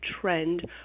trend